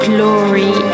Glory